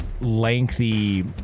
lengthy—